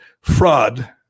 fraud